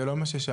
זה לא מה ששאלתי.